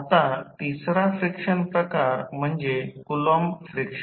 आता तिसरा फ्रिक्शन प्रकार म्हणजे कुलॉंम फ्रिक्शन